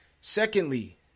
Secondly